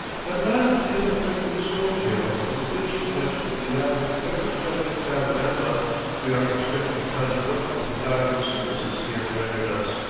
that last attentive flick of his coat-tail is the finishing touch of an elaborate retrospective panorama we are expected to conjure up of the valuable services he has rendered us,